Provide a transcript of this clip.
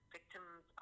Victims